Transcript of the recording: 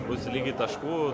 bus lygiai taškų